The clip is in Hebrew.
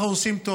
אנחנו עושים טוב.